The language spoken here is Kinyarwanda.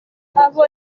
abo